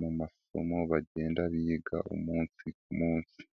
mu masomo bagenda biga umunsi ku munsi.